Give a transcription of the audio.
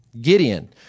Gideon